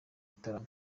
gitaramo